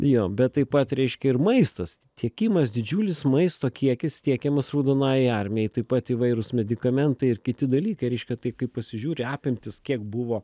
jo bet taip pat reiškia ir maistas tiekimas didžiulis maisto kiekis tiekiamas raudonajai armijai taip pat įvairūs medikamentai ir kiti dalykai reiškia tai kaip pasižiūri apimtis kiek buvo